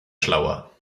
schlauer